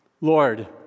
Lord